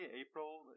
April